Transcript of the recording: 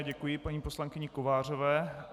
Děkuji paní poslankyni Kovářové.